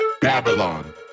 Babylon